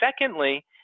secondly